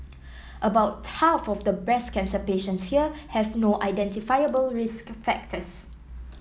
about half of the breast cancer patients here have no identifiable risk factors